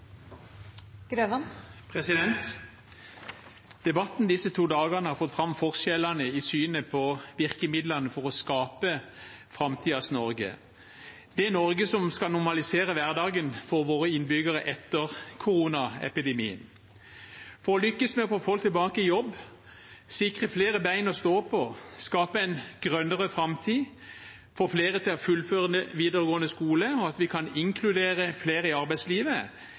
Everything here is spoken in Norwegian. Debatten disse to dagene har fått fram forskjellene i synet på virkemidler for å skape framtidens Norge, det Norge som skal normalisere hverdagen for våre innbyggere etter koronaepidemien. For å lykkes med å få folk tilbake i jobb, sikre flere ben å stå på, skape en grønnere framtid, få flere til å fullføre videregående skole og inkludere flere i arbeidslivet,